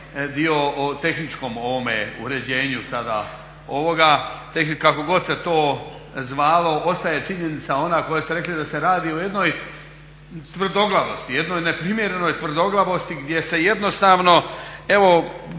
dio o tehničkom ovome uređenju sada ovoga, kako god se to zvalo ostaje činjenica ona koja ste rekli da se radi o jednoj tvrdoglavosti, jednoj neprimjerenoj tvrdoglavosti gdje se jednostavno, evo